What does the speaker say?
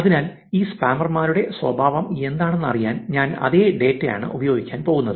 അതിനാൽ ഈ സ്പാമറുകളുടെ സ്വഭാവം എന്താണെന്ന് അറിയാൻ ഞാൻ അതേ ഡാറ്റയാണ് ഉപയോഗിക്കാൻ പോകുന്നത്